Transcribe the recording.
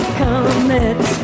commit